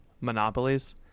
monopolies